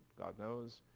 god knows.